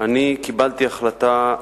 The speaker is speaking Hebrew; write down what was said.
קיבלתי החלטה,